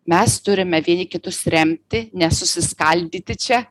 mes turime vieni kitus remti nesusiskaldyti čia